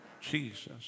Jesus